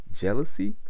jealousy